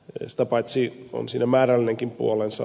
sitä paitsi on siinä määrällinenkin puolensa